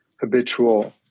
habitual